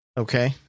Okay